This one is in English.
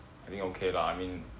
I think okay lah I mean